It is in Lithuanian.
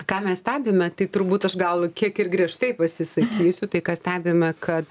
ką mes stebime tai turbūt aš gal kiek ir griežtai pasisakysiu tai ką stebime kad